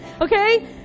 okay